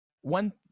one